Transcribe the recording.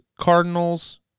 Cardinals